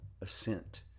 assent